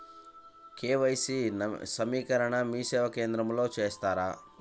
KYC నవీకరణని మీసేవా కేంద్రం లో చేస్తారా?